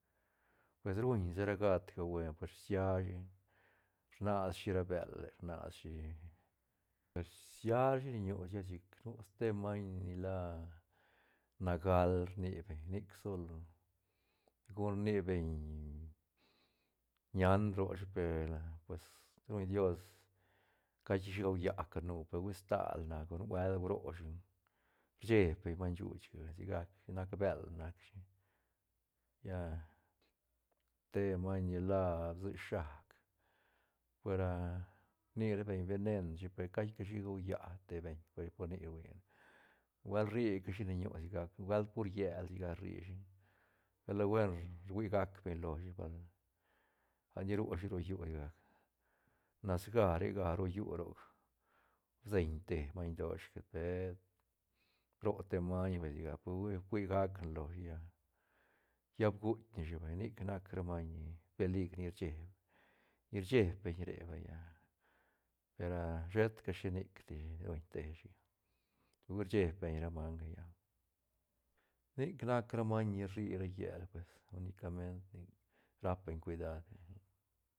Pues ruñ sa ra gat ga buen siashi rnashi ra bële rnashi pues rsiashi len ñu lla chic nu ste maiñ nila nagal rni beñ nic sol segun rni beñ ñañ roshi per pues ruñ dios cashi gaulla canu pehui stal nac o nubuelt bro shi cheeb beñ maiñ shuuchga sigac sa nac bël nac shi lla te maiñ ni la bsishac per rni ra beñ venen shi per cai cashi gaulla te beñ ten pa nic huine nubuelt rri cashi len ñu sigac nubuelt por llel sigac rri shi es la buen rhui gac beñ loshi val a ni rushi ro llú sigac nasga rega ro llú roc bseñ te maiñ doshga per bro te maiñ sigac pe hui fuigac ne loshi lla- lla bguitk neshi vay nic nac ra maiñ ni peligr ni cheeb- ni cheeb beñ re vaya per shetca shi nicdi ruñ teshi pe hui cheeb beñ ra manga ya nic nac ra maiñ ni rri ra llel pues unicament nic rap beñ cuidad.